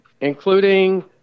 including